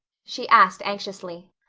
she asked anxiously.